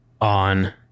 on